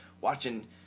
watching